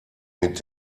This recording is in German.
mit